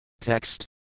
Text